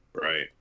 Right